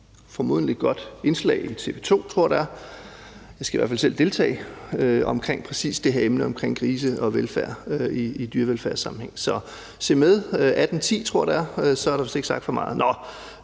formodentlig godt indslag i TV 2, tror jeg det er – jeg skal i hvert fald selv deltage – om præcis det her emne, altså om grise og velfærd i dyrevelfærdssammenhæng. Så se med kl. 18.10, tror jeg det er. Så har jeg vist ikke sagt for meget. Det